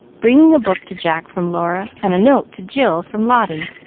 bringing a book to jack from laura and a note to jill from lotty.